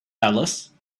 alice